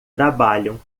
trabalham